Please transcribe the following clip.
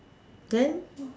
then